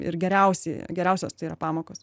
ir geriausiai geriausios tai yra pamokos